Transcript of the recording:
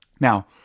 Now